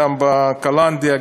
גם בקלנדיה,